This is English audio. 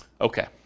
Okay